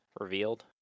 revealed